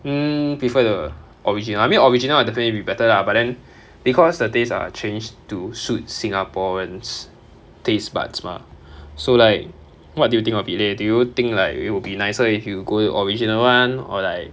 mm prefer the original I mean original will definitely be better lah but then because the taste are changed to suit singaporean's tastebuds mah so like what do you think of it leh do you think like it will be nicer if you go with original [one] or like